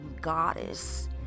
goddess